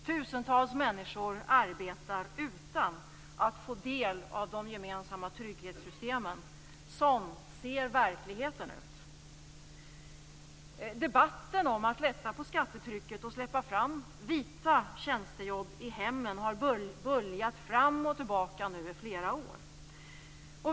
Tusentals människor arbetar utan att få del av de gemensamma trygghetssystemen. Sådan ser verkligheten ut. Debatten om att lätta på skattetrycket och släppa fram vita tjänstejobb i hemmen har böljat fram och tillbaka i flera år.